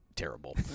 terrible